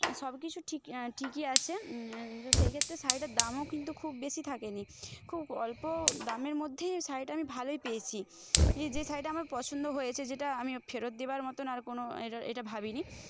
সব কিছু ঠিকই ঠিকই আছে তো সেই ক্ষেত্রে শাড়িটার দামও কিন্তু খুব বেশি থাকেনি খুব অল্প দামের মধ্যেই শাড়িটা আমি ভালোই পেয়েছি এ যে শাড়িটা আমার পছন্দ হয়েছে যেটা আমি ফেরত দেওয়ার মতন আর কোন এটা ভাবিনি